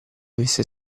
avesse